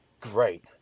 Great